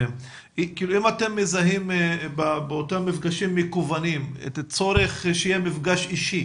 אתם מזהים באותם מפגשים מקוונים את הצורך שיהיה מפגש אישי,